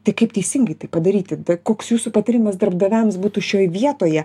tai kaip teisingai tai padaryti tai koks jūsų patarimas darbdaviams būtų šioj vietoje